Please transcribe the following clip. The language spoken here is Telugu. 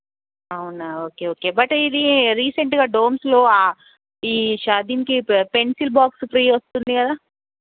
అవునా ఓకే ఓకే బట్ ఇది రీసెంట్గా డోమ్స్లో ఈ షా దీనికి పెన్సిల్ బాక్స్ ఫ్రీ వస్తుంది కదా